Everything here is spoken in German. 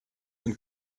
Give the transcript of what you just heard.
und